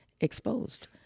exposed